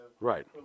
Right